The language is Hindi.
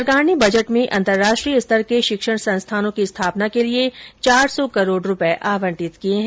सरकार ने बजट में अंतर्राष्ट्रीय स्तर के शिक्षण संस्थानों की स्थापना के लिए चार सौ करोड़ रुपये आवंटित किये है